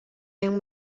yang